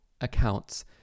accounts